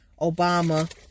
Obama